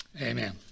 Amen